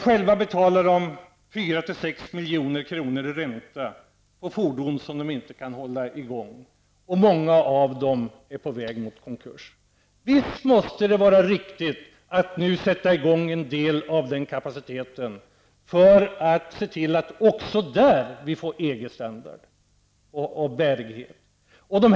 Själva betalar de 4--6 milj.kr. i ränta på fordon som de inte kan hålla i gång. Många av dem är på väg mot konkurs. Visst måste det vara riktigt att nu sätta i gång en del av den kapaciteten för att se till att vi får EG bärighet också där.